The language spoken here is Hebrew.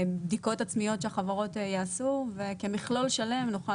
בדיקות עצמיות שהחברות יעשו וכמכלול שלם נוכל